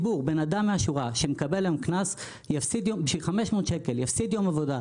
בן אדם שמקבל היום קנס בשביל 500 שקלים הוא יפסיד יום עבודה.